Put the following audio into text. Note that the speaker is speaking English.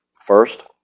First